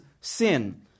sin